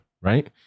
right